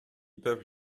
peuvent